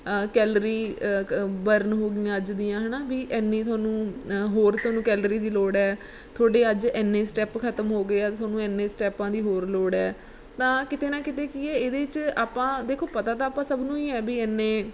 calorie ਕ burn ਹੋ ਗਈਆਂ ਅੱਜ ਦੀਆਂ ਹੈ ਨਾ ਵੀ ਇੰਨੀ ਤੁਹਾਨੂੰ ਹੋਰ ਤੁਹਾਨੂੰ ਕੈਲਰੀ ਦੀ ਲੋੜ ਹੈ ਤੁਹਾਡੇ ਅੱਜ ਇੰਨੇ ਸਟੈਪ ਖਤਮ ਹੋ ਗਏ ਆ ਅਤੇ ਤੁਹਾਨੂੰ ਇੰਨੇ ਸਟੈਪਾਂ ਦੀ ਹੋਰ ਲੋੜ ਹੈ ਤਾਂ ਕਿਤੇ ਨਾ ਕਿਤੇ ਕੀ ਹੈ ਇਹਦੇ 'ਚ ਆਪਾਂ ਦੇਖੋ ਪਤਾ ਤਾਂ ਆਪਾਂ ਸਭ ਨੂੰ ਹੀ ਹੈ ਵੀ ਇੰਨੇ